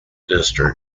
district